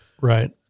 Right